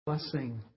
Blessing